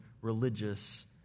religious